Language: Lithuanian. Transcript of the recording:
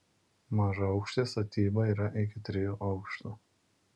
mažaaukštė statyba yra iki trijų aukštų